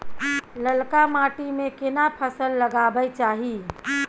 ललका माटी में केना फसल लगाबै चाही?